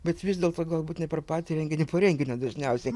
bet vis dėlto galbūt ne per patį renginį po renginio dažniausiai